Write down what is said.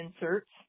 inserts